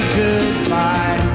goodbye